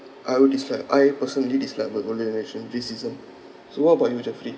I would dislike I personally dislike about older generation racism so what about you jeffrey